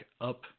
up